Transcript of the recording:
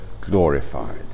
glorified